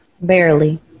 barely